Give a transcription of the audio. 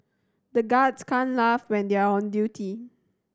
the guards can't laugh when they are on duty